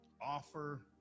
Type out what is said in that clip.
offer